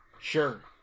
Sure